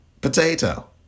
potato